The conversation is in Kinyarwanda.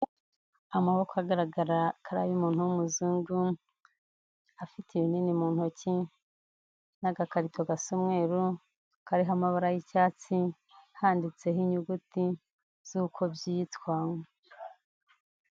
Amaboko agaragara ko ari ay'umuntu w'umuzungu, afite ibinini mu ntoki n'agakarito gasa umweru, kariho amabara y'icyatsi, handitseho inyuguti z'uko byitwa.